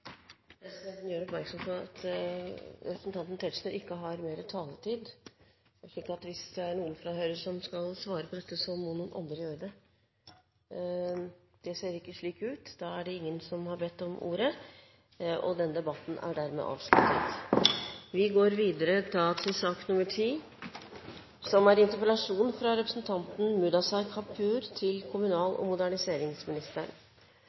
Presidenten gjør oppmerksom på at representanten Michael Tetzschner ikke har mer taletid. Så hvis Høyre skal svare på dette, må noen andre gjøre det. – Det ser ikke slik ut. Flere har ikke bedt om ordet til sak nr. 9. Jeg vil først takke for anledningen til å ta denne debatten, og jeg er veldig glad for at jeg fikk gjort det nå før sommerferien. Selv om presidenten refererte til